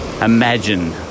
imagine